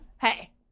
Hey